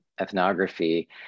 ethnography